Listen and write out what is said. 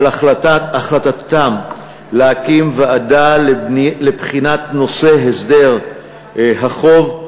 על החלטתם להקים ועדה לבחינת נושא הסדר החוב.